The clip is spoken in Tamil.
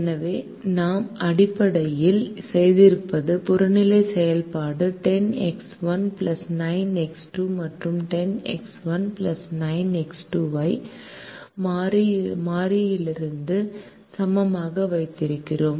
எனவே நாம் அடிப்படையில் செய்திருப்பது புறநிலை செயல்பாடு 10X1 9X2 மற்றும் 10X1 9X2 ஐ ஒரு மாறிலிக்கு சமமாக வைத்திருக்கிறோம்